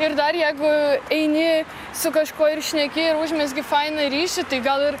ir dar jeigu eini su kažkuo ir šneki ir užmezgi fainą ryšį tai gal ir